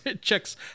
checks